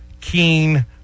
Keen